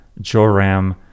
Joram